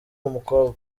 umukobwa